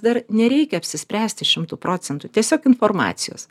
dar nereikia apsispręsti šimtu procentu tiesiog informacijos